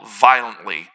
violently